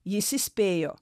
jis įspėjo